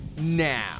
now